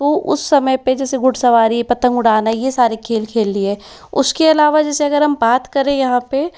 तो उस समय पर जैसे घुड़सवारी पतंग उड़ाना यह सारे खेल खेल लिए उसके अलावा जैसे अगर हम बात करें यहाँ पर